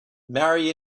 marry